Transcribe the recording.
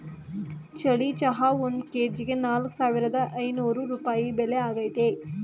ಬಿಳಿ ಚಹಾ ಒಂದ್ ಕೆಜಿಗೆ ನಾಲ್ಕ್ ಸಾವಿರದ ಐನೂರ್ ರೂಪಾಯಿ ಬೆಲೆ ಆಗೈತೆ